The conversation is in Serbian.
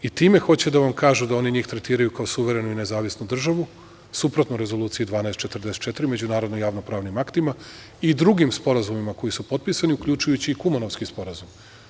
Time hoće da vam kažu da oni njih tretiraju kao suverenu i nezavisnu državu, suprotno Rezoluciji 1244, međunarodno javno-pravnim aktima i drugim sporazumima koji su potpisani, uključujući i Kumanovski sporazum.